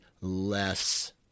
less